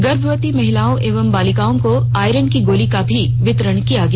गर्भवती महिलाओं एवं बालिकाओं को आयरन की गोली का भी वितरण किया गया